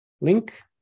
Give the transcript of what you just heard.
link